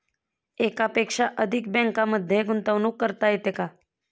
एकापेक्षा अधिक बँकांमध्ये गुंतवणूक करता येते का?